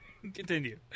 Continue